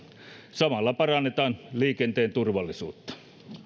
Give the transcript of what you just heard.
samalla parannetaan liikenteen turvallisuutta